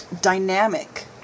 dynamic